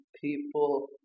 people